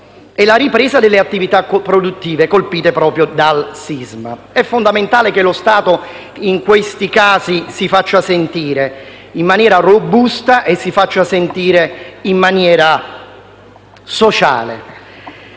della ripresa delle attività produttive colpite dal sisma. È fondamentale che lo Stato in questi casi si faccia sentire in maniera robusta, che si faccia sentire sul fronte sociale.